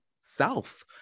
self